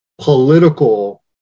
political